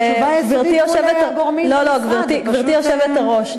גברתי היושבת-ראש,